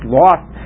lost